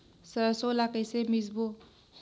सरसो ला कइसे मिसबो?